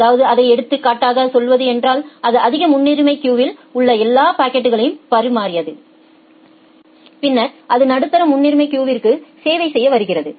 அதாவது அதை எடுத்துக் காட்டாக சொல்வது என்றால் அது அதிக முன்னுரிமை கியூங் யில் உள்ள எல்லா பாக்கெட்களையும் பரிமாறியது பின்னர் அது நடுத்தர முன்னுரிமை கியூவிற்கு சேவை செய்ய வருகிறது